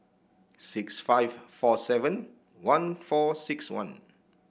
six five four seven one four six one